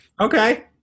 Okay